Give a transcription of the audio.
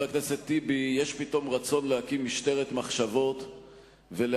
הכנסת טיבי יש פתאום רצון להקים משטרת מחשבות ולהעמיד